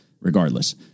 regardless